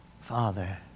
Father